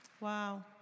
Wow